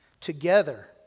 together